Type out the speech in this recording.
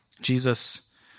Jesus